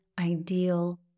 ideal